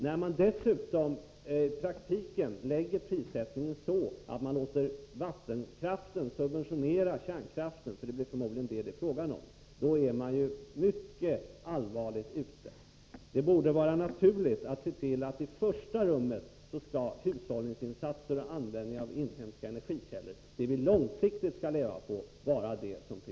När man dessutom i praktiken avpassar prissättningen så att man låter vattenkraften subventionera kärnkraften — för det är förmodligen det som det blir fråga om — är det mycket allvarligt. Det borde vara naturligt att se till att i första rummet prioritera hushållningsinsatser och användning av inhemska energikällor — det som vi långsiktigt skall leva på.